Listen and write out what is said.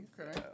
Okay